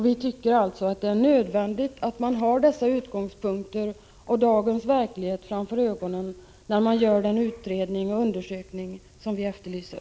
Vi tycker att det är nödvändigt att man har dessa synpunkter och dagens verklighet framför ögonen när man gör den utredning och undersökning som vi efterlyser.